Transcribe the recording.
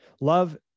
love